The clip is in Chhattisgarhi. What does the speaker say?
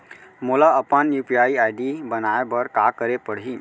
मोला अपन यू.पी.आई आई.डी बनाए बर का करे पड़ही?